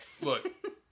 Look